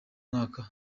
mwaka